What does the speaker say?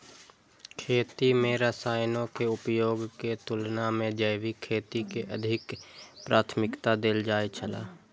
खेती में रसायनों के उपयोग के तुलना में जैविक खेती के अधिक प्राथमिकता देल जाय छला